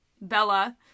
Bella